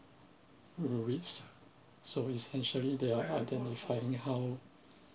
risk so essentially they are identifying how